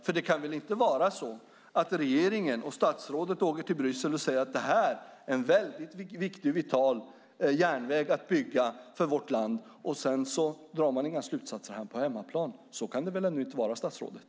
För det kan väl inte vara så att regeringen och statsrådet åker till Bryssel och säger att det här är en viktig och vital järnväg att bygga för vårt land och att man sedan inte drar några slutsatser på hemmaplan? Så kan det väl ändå inte vara, statsrådet?